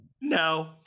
No